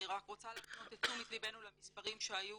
אני רוצה להפנות את תשומת ליבנו למספרים שהיו